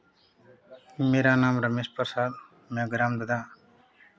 मेरा नाम रमेश प्रसाद मैं ग्राम रदा